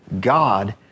God